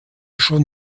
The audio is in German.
schon